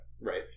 right